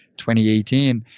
2018